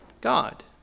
God